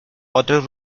otros